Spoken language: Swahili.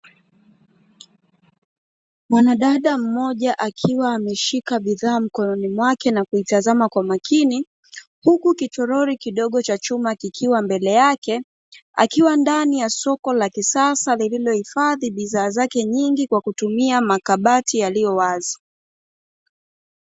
Mwanadada mmoja akiwa ameshika bidhaa mikononi mwake na kuitazama kwa makini, huku kitoroli kidogo cha chuma, kikiwa mbele yake, akiwa ndani ya soko la kisasa lililo hifadhi bidhaa zake nyingi kwa kutumia makabati yaliyo wazi.